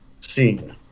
scene